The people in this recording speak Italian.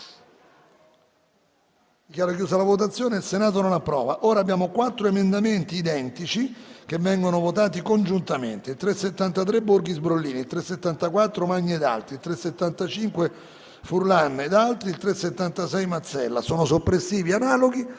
**Il Senato non approva**.